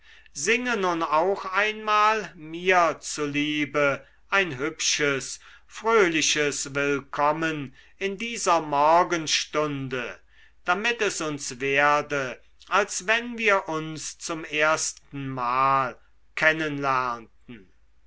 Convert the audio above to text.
singe nun auch einmal mir zuliebe ein hübsches fröhliches willkommen in dieser morgenstunde damit es uns werde als wenn wir uns zum erstenmal